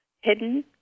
hidden